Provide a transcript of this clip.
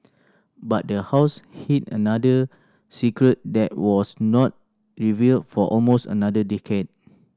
but the house hid another secret that was not revealed for almost another decade